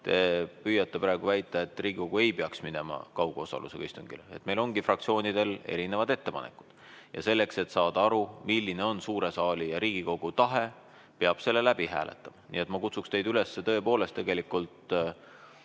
te püüate väita, et Riigikogu ei peaks minema kaugosalusega istungile. Meil ongi fraktsioonidel erinevad ettepanekud. Selleks, et saada aru, milline on suure saali ja Riigikogu tahe, peab selle läbi hääletama. Nii et ma kutsun teid üles tõepoolest keskenduma